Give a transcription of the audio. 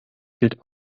gilt